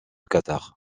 qatar